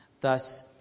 Thus